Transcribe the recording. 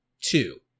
two